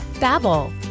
Babble